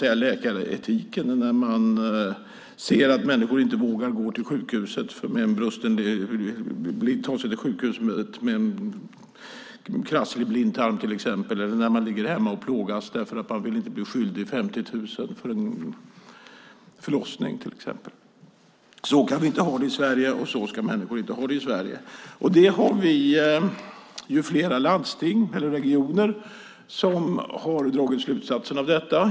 Det gäller till exempel när de ser att människor inte vågar ta sig till sjukhuset när de har problem med blindtarmen och ligger hemma och plågas eller att de inte vill bli skyldiga 50 000 kronor för till exempel en förlossning. Så kan vi inte ha det i Sverige, och så ska människor inte ha det i Sverige. Flera landsting och regioner har dragit slutsatser av detta.